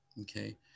Okay